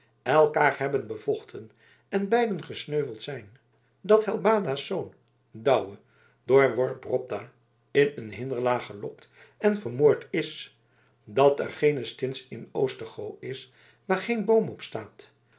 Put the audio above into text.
elkaar hebben bevochten en beiden gesneuveld zijn dat helbada's zoon douwe door worp ropta in een hinderlaag gelokt en vermoord is dat er geene stins in oostergoo is waar geen boom op staat